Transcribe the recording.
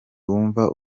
wumva